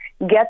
get